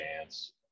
chance